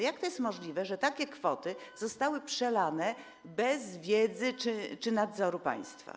Jak to możliwe, że takie kwoty zostały przelane bez wiedzy czy nadzoru państwa?